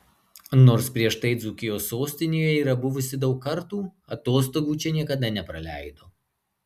nors prieš tai dzūkijos sostinėje yra buvusi daug kartų atostogų čia niekada nepraleido